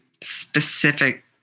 specific